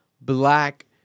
black